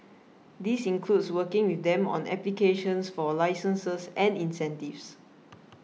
this includes working with them on applications for licenses and incentives